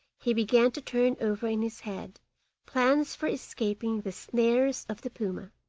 he began to turn over in his head plans for escaping the snares of the puma.